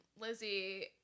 Lizzie